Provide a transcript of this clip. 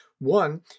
one